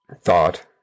thought